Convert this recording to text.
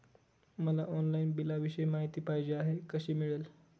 मला ऑनलाईन बिलाविषयी माहिती पाहिजे आहे, कशी मिळेल?